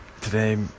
Today